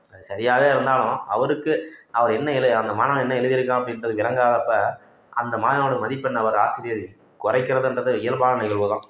அது சரியாக இருந்தாலும் அவருக்கு அவர் என்ன எழு அந்த மாணவன் என்ன எழுதியிருக்கான் அப்படின்றது விளங்காதப்போ அந்த மாணவனுக்கு மதிப்பெண் அவர் ஆசிரியர் குறைக்கிறதுன்றது இயல்பான நிகழ்வு தான்